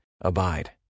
Abide